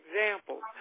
examples